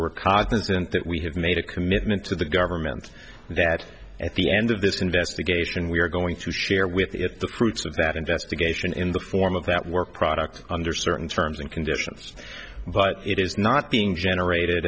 we're cognizant that we have made a commitment to the government that at the end of this investigation we are going to share with it the fruits of that investigation in the form of that work product under certain terms and conditions but it is not being generated